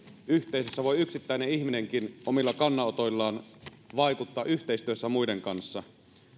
yhteisössä voi yksittäinen ihminenkin omilla kannanotoillaan vaikuttaa yhteistyössä muiden kanssa